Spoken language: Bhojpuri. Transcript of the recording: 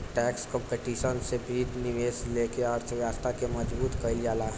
टैक्स कंपटीशन से वित्तीय निवेश लेके अर्थव्यवस्था के मजबूत कईल जाला